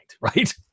right